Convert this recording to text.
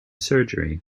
surgery